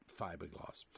fiberglass